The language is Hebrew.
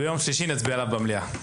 ביום שלישי נצביע עליו במליאה.